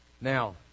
Now